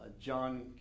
John